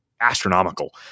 astronomical